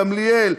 גמליאל,